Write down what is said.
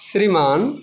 श्रीमान